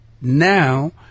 now